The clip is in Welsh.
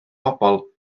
bobl